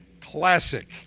Classic